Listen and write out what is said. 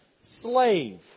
slave